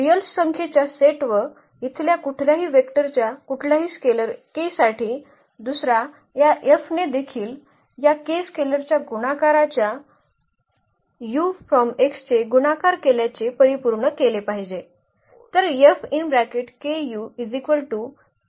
real संख्येच्या set व इथल्या कुठल्याही वेक्टरच्या कुठल्याही स्केलर k साठी दुसरा या F ने देखील या k स्केलरच्या गुणाकाराच्या चे गुणाकार केल्याचे परिपूर्ण केले पाहिजे